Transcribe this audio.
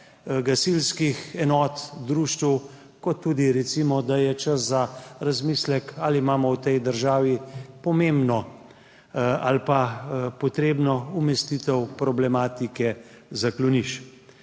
gasilskih enot, društev, kot tudi, da je recimo čas za razmislek, ali imamo v tej državi pomembno ali potrebno umestitev problematike zaklonišč.